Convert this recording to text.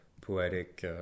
poetic